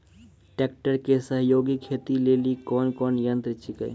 Tractor के सहयोगी खेती लेली कोन कोन यंत्र छेकै?